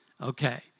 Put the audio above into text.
Okay